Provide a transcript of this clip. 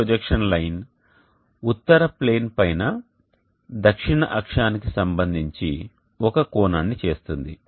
ఈ projection line ఉత్తర plane పైన దక్షిణ అక్షానికి సంబంధించి ఒక కోణాన్ని చేస్తుంది